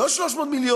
לא 300 מיליון,